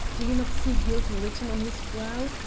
do you not see guilt written on his brow?